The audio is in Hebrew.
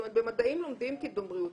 במדעים לומדים קידום בריאות.